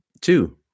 Two